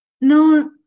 No